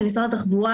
ומשרד התחבורה